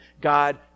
God